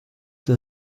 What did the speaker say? der